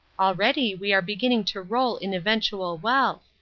already we are beginning to roll in eventual wealth.